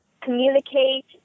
communicate